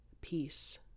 peace